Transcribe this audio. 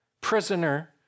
prisoner